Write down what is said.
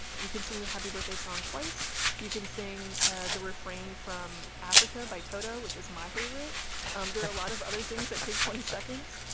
you can sing the happy birthday song twice. you can sing ah the refrain from africa by toto, which is my favorite um there are a lot of other things that take twenty seconds.